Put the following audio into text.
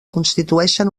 constitueixen